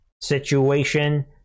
situation